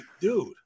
dude